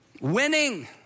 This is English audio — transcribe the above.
Winning